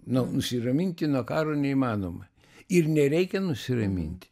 no nusiraminti nuo karo neįmanoma ir nereikia nusiraminti